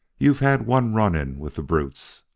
you've had one run-in with the brutes.